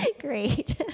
Great